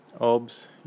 OBS